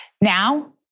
Now